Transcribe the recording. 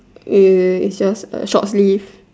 uh is just a short sleeve